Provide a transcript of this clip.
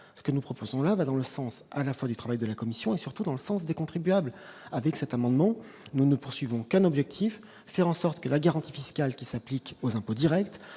ce que nous proposons là va dans le sens à la fois du travail de la commission et surtout dans le sens des contribuables avec cet amendement, nous ne poursuivons Cannes, objectif : faire en sorte que la garantie fiscale qui s'applique aux impôts Directs